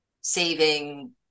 saving